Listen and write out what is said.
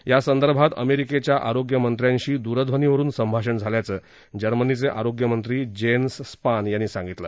या संदर्भात अमेरिकेच्या आरोग्य मंत्र्यांशी दूरध्वनीवरून संभाषण झाल्याचं जर्मनीचे आरोग्यमंत्री जेन्स स्पान यांनी सांगितलं